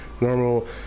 normal